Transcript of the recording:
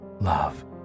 love